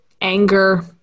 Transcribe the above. anger